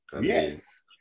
yes